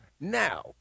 now